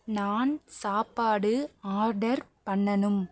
நான் சாப்பாடு ஆர்டர் பண்ணனும்